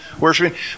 worshiping